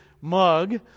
mug